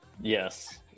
Yes